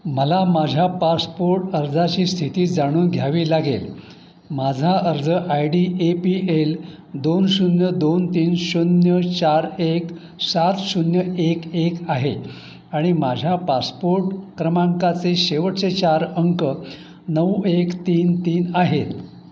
मला माझ्या पासपोर्ट अर्जाची स्थिती जाणून घ्यावी लागेल माझा अर्ज I D A P L दोन शून्य दोन तीन शून्य चार एक सात शून्य एक एक आहे आणि माझ्या पासपोर्ट क्रमांकाचे शेवटचे चार अंक नऊ एक तीन तीन आहेत